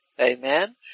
amen